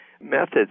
methods